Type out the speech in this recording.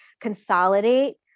consolidate